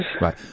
Right